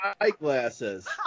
eyeglasses